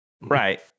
Right